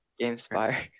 Gamespire